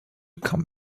come